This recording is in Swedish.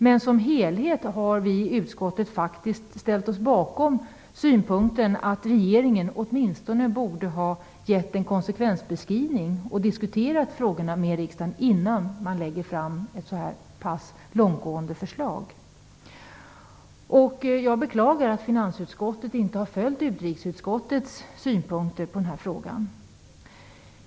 Men som helhet har vi i utskottet faktiskt ställt oss bakom synpunkten att regeringen åtminstone borde ha gett en konsekvensbeskrivning och diskuterat frågorna med riksdagen innan man lägger fram ett så här pass långtgående förslag. Jag beklagar att finansutskottet inte har följt utrikesutskottets synpunkter på den här frågan.